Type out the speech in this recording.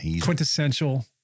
Quintessential